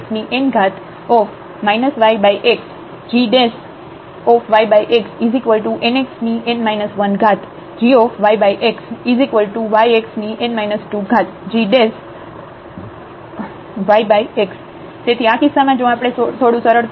∂z∂xnxn 1gyxxn yxgyxnxn 1gyx yxn 2gyx તેથી આ કિસ્સામાં જો આપણે થોડું સરળ કરીએ